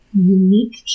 unique